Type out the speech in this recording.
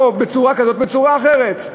בצורה כזאת או בצורה אחרת,